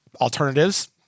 alternatives